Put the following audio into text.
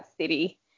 city